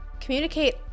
communicate